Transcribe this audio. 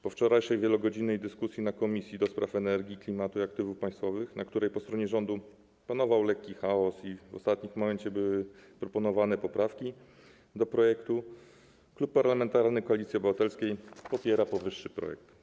Po wczorajszej wielogodzinnej dyskusji w Komisji do Spraw Energii, Klimatu i Aktywów Państwowych, w czasie której po stronie rządu panował lekki chaos i w ostatnim momencie zostały zaproponowane poprawki do projektu, stwierdzam, że Klub Parlamentarny Koalicja Obywatelska popiera powyższy projekt.